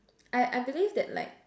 I I believe that like